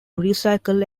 recycle